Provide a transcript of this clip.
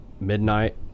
midnight